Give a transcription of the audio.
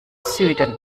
süden